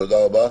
תודה רבה.